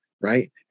right